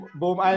boom